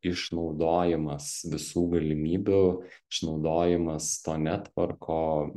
išnaudojimas visų galimybių išnaudojimas to netvorko